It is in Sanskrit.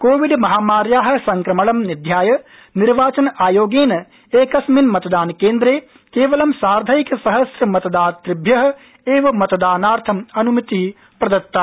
कोविड महामार्या संक्रमणं निध्याय निर्वाचन आयोगेन एकस्मिन मतदानकेन्द्रे केवलं साधैंक सहस्र मतदातृभ्य एव मतदानार्थम् अनुमति प्रदत्ता